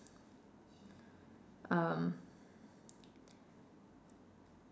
um